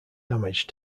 damage